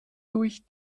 durch